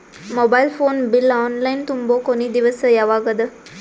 Mobile phone bill online ತುಂಬೊ ಕೊನಿ ದಿವಸ ಯಾವಗದ?